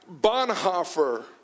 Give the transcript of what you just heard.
Bonhoeffer